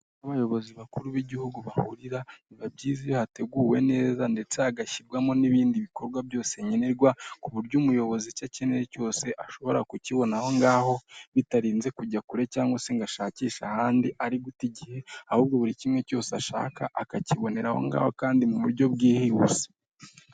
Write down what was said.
Abayobozi bakuru b'igihugu bahurira biba byiza iyo hateguwe neza ndetse hagagashyirwamo n'ibindi bikorwa byose nkenerwa, ku buryo umuyobozi icyo akeneye cyose ashobora kukibona aho ngaho bitarinze kujya kure, cyangwa se ngo ashakishe ahandi ari guta igihe, ahubwo buri kimwe cyose ashaka akakibonera aho ngaho kandi mu buryo bwihuhuse.